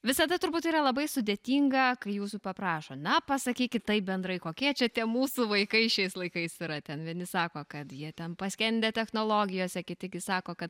visada turbūt yra labai sudėtinga kai jūsų paprašo na pasakykit taip bendrai kokie čia tie mūsų vaikai šiais laikais yra ten vieni sako kad jie ten paskendę technologijose kiti gi sako kad